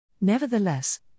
Nevertheless